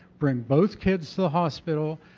bring both kids to the hospital,